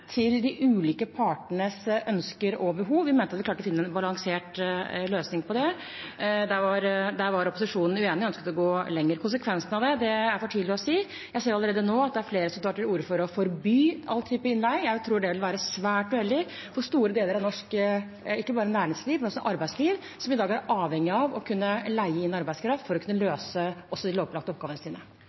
til de ulike partenes ønsker og behov. Vi mente at vi klarte å finne en balansert løsning på det. Der var opposisjonen uenig og ønsket å gå lenger. Konsekvensen av det er for tidlig å si. Jeg ser allerede nå at det er flere som tar til orde for å forby all type innleie. Jeg tror det vil være svært uheldig for store deler av norsk ikke bare næringsliv, men også arbeidsliv, som i dag er avhengig av å kunne leie inn arbeidskraft for å kunne løse også de lovpålagte oppgavene sine.